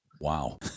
Wow